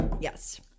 Yes